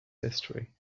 history